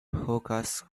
hookahs